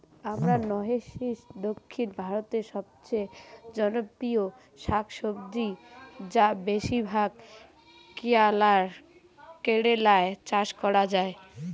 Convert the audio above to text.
আমরান্থেইসি দক্ষিণ ভারতের সবচেয়ে জনপ্রিয় শাকসবজি যা বেশিরভাগ কেরালায় চাষ করা হয়